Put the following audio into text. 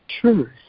Truth